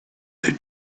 they